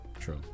True